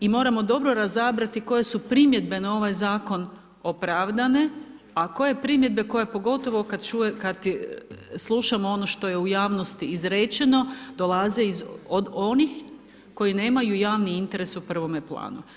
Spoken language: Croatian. I moramo dobro razabrati koje su primjedbe na ovaj Zakon opravdane a koje primjedbe koje pogotovo kada slušamo ono što je u javnosti izrečeno dolaze od onih koji nemaju javni interes u prvome planu.